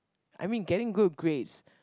I mean getting good grades